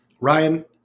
Ryan